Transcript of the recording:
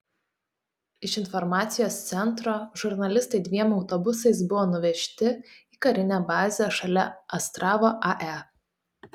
iš informacijos centro žurnalistai dviem autobusais buvo nuvežti į karinę bazę šalia astravo ae